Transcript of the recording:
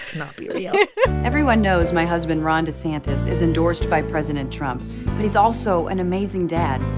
cannot be real everyone knows my husband, ron desantis, is endorsed by president trump. but he's also an amazing dad.